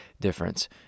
difference